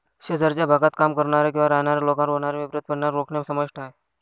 शेजारच्या भागात काम करणाऱ्या किंवा राहणाऱ्या लोकांवर होणारे विपरीत परिणाम रोखणे समाविष्ट आहे